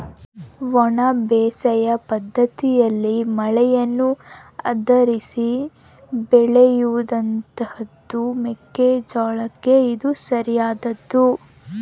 ಒಣ ಬೇಸಾಯ ಪದ್ದತಿಯಲ್ಲಿ ಮಳೆಯನ್ನು ಆಧರಿಸಿ ಬೆಳೆಯುವಂತಹದ್ದು ಮೆಕ್ಕೆ ಜೋಳಕ್ಕೆ ಇದು ಸರಿಯಾದದ್ದು